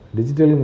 Digital